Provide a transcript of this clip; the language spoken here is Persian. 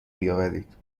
بیاورید